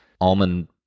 almond